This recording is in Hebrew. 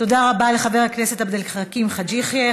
תודה רבה לחבר הכנסת עבד אל חכים חאג' יחיא.